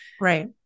right